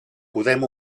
podem